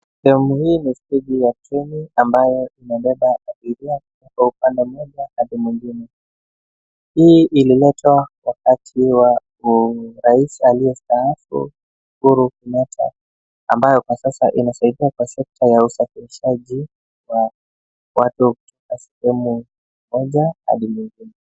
Sehemu hii ni steji la chini ambayo inabeba abiria kutoka upande mmoja hadi upande mwingine hii ililetwa wakati wa rais aliye staafu Uhuru Kenyatta ambayo kwa sasa inasidia katika sekta ya usafirishaji wa watu kutoka sehemu moja hadi nyingine.